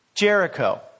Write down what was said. Jericho